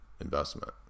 investment